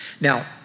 Now